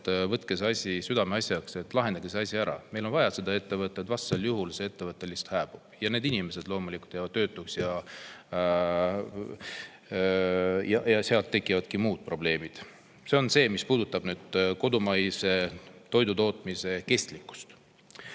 võtke see asi südameasjaks, lahendage see asi ära. Meil on vaja seda ettevõtet. Vastasel juhul see ettevõte lihtsalt hääbub, need inimesed jäävad loomulikult töötuks ja tekivad muudki probleemid. See on see, mis puudutab kodumaise toidutootmise kestlikkust.